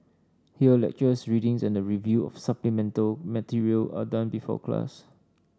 here lectures readings and the review of supplemental material are done before class